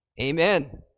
amen